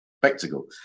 spectacle